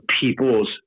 people's